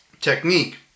technique